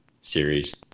series